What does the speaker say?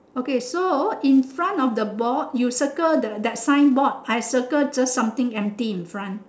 okay so in front of the board you circle the that signboard I circle just something empty in front